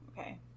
okay